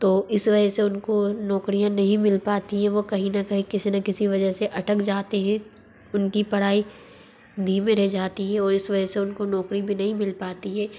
तो इस वजह से उनको नौकरियाँ नहीं मिल पाती है वो कहीं ना कहीं किसी ना किसी वजह से अटक जाते है उनकी पढ़ाई धीमे रह जाती है और इस वजह से उनको नौकरी भी नहीं मिल पाती है